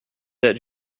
that